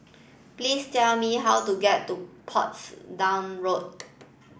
please tell me how to get to Portsdown Road